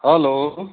hello